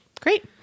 Great